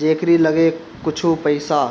जेकरी लगे कुछु पईसा